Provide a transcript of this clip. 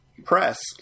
press